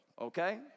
okay